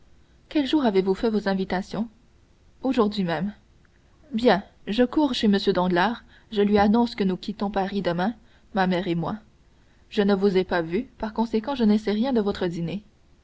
quel jour avez-vous fait vos invitations aujourd'hui même bien je cours chez m danglars je lui annonce que nous quittons paris demain ma mère et moi je ne vous ai pas vu par conséquent je ne sais rien de votre dîner